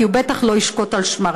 כי הוא בטח לא ישקוט על שמריו.